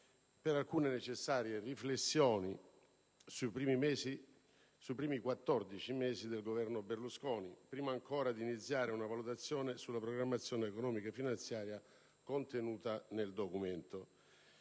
alcune necessarie riflessioni sui primi 14 mesi del Governo Berlusconi, prima ancora di passare alla valutazione sulla programmazione economica e finanziaria in esso contenuta: